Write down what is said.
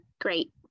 great